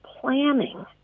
planning